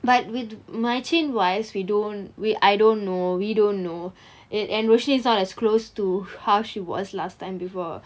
but with marichin wise we don't we I don't know we don't know an~ and rushni is not as close to how she was last time before